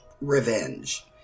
revenge